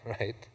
right